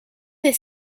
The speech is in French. des